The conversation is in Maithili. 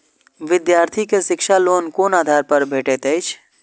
विधार्थी के शिक्षा लोन कोन आधार पर भेटेत अछि?